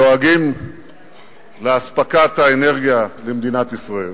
שדואגים לאספקת האנרגיה למדינת ישראל